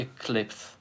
Eclipse